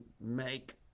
make